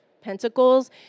pentacles